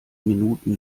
minuten